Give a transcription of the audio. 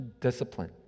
discipline